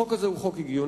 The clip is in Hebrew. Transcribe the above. החוק הזה הוא חוק הגיוני,